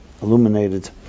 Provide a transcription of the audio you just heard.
illuminated